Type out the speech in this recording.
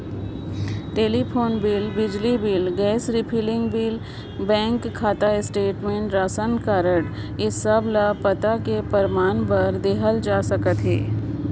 telephone bill, बिजली bill, gas refilling bill, bank खाता statement, ration card ए सब ल पता कर परमान बर देहल जाए सकत अहे